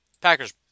Packers